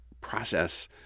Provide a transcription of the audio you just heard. process